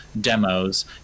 demos